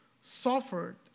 suffered